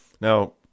Now